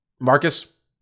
Marcus